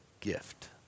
gift